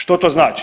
Što to znači?